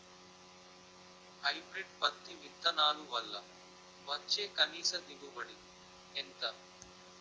Hybrid పత్తి విత్తనాలు వల్ల వచ్చే కనీస దిగుబడి ఎంత?